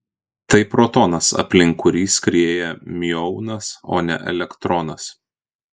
tai protonas aplink kurį skrieja miuonas o ne elektronas